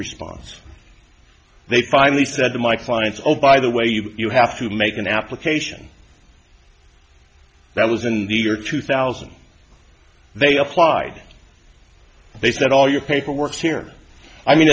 response they finally said to my clients oh by the way you have to make an application that was in the year two thousand they applied they said all your paperwork here i mean